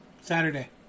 Saturday